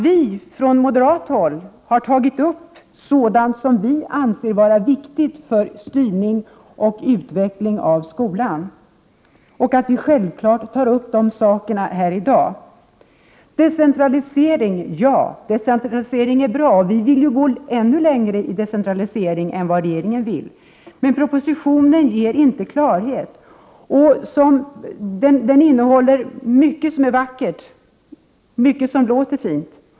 Vi moderater har tagit upp sådant som vi anser vara viktigt för styrningen och utvecklingen av skolan, och självfallet gör vi det i dag också. Vi säger ja till decentralisering, och vi vill gå ännu längre än regeringen. Men propositionen ger inte klarhet. Mycket av det som sägs i propositionen låter fint.